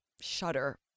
shudder